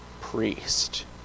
priest